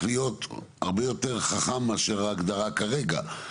להיות הרבה יותר חכם מאשר ההגדרה כרגע,